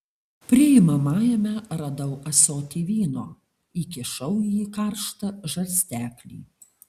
priimamajame radau ąsotį vyno įkišau į jį karštą žarsteklį